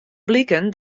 bliken